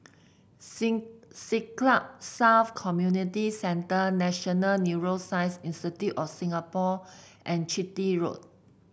Sing Siglap South Community Centre National Neuroscience Institute of Singapore and Chitty Road